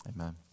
Amen